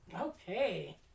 Okay